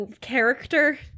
character